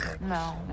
no